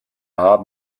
haben